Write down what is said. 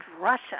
Russia